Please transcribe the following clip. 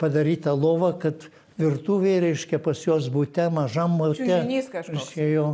padaryta lova kad virtuvėje reiškia pas juos bute mažam bute reiškia jo